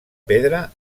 pedra